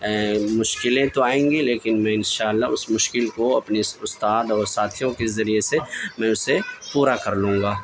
مشکلیں تو ائیں گی لیکن میں ان شاء اللہ اس مشکل کو اپنے استاد اور ساتھیوں کے ذریعے سے میں اسے پورا کر لوں گا